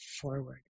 forward